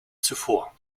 zuvor